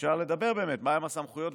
אפשר לדבר באמת על מהן הסמכויות,